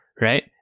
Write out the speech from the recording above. right